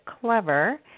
clever